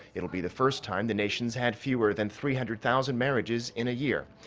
it'll be the first time the nation's had fewer than three hundred thousand marriages in a year.